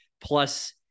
plus